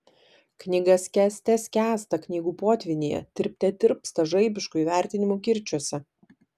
knyga skęste skęsta knygų potvynyje tirpte tirpsta žaibiškų įvertinimų kirčiuose